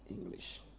English